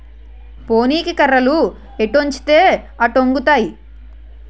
పోనీకి కర్రలు ఎటొంచితే అటొంగుతాయి